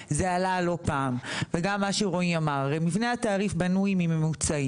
לא, אין בעיה, אבל שאלה פשוטה, תשובה פשוטה.